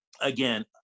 again